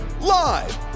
live